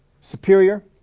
superior